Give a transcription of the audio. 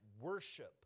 worship